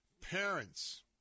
Parents